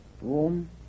warm